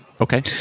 Okay